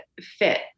fit